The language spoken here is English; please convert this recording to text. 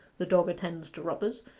the dog attends to robbers,